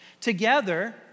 Together